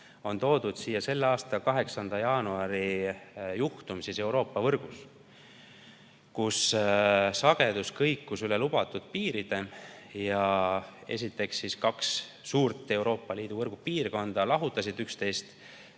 toodud selle aasta 8. jaanuari juhtum Euroopa võrgus, kus sagedus kõikus üle lubatud piiride. Esiteks, kaks suurt Euroopa Liidu võrgupiirkonda lahutasid